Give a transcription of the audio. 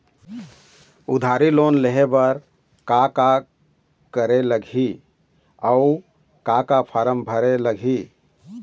उधारी लोन लेहे बर का का करे लगही अऊ का का फार्म भरे लगही?